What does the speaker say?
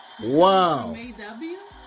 Wow